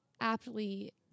aptly